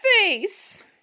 face